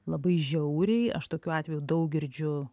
labai žiauriai aš tokių atvejų daug girdžiu